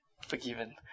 forgiven